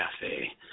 cafe